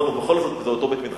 ובכל זאת, זה אותו בית-מדרש.